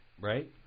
Right